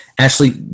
Ashley